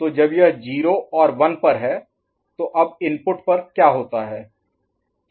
तो जब यह 0 और 1 पर है तो अब इनपुट पर क्या होता है